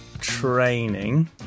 training